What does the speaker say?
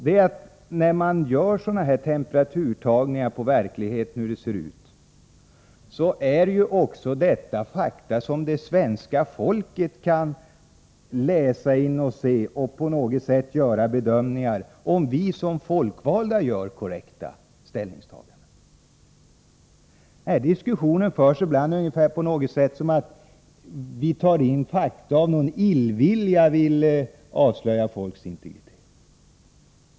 Det är att när man gör sådana här temperaturtagningar på hur verkligheten ser ut, glömmer man bort att det gäller fakta som svenska folket också kan läsa och ta del av och på grund av dessa bedöma om vi som folkvalda gör korrekta ställningstaganden. Ibland förs diskussioner som går ut på att vi tar in fakta och så att säga av illvilja vill kränka folks integritet.